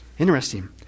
interesting